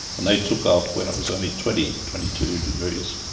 and they took off when it was only twenty, twenty two degrees,